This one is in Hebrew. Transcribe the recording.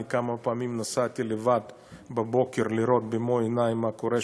אני כמה פעמים נסעתי לבד בבוקר לראות במו עיני מה קורה שם,